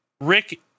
Rick